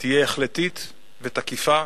תהיה החלטית ותקיפה,